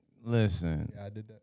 listen